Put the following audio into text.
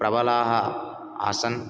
प्रबलाः आसन्